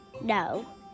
No